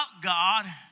God